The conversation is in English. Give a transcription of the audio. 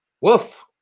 Woof